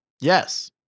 Yes